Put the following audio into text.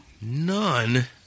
None